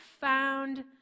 found